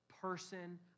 person